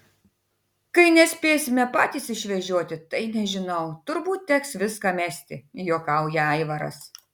kai nespėsime patys išvežioti tai nežinau turbūt teks viską mesti juokauja aivaras